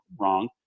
wrong